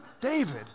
David